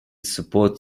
support